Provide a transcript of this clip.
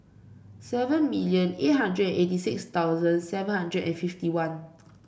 seven million eight hundred eighty six thousand seven hundred and fifty one